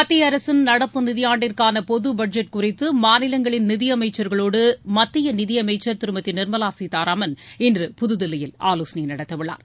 மத்திய அரசின் நடப்பு நிதியாண்டிற்கான பொது பட்ஜெட் குறித்து மாநிலங்களின் நிதியமைச்சர்களோடு மத்திய நிதியமைச்சர் திருமதி நிர்மலா சீதாராமன் இன்று புதுதில்லியில் ஆலோசனை நடத்த உள்ளார்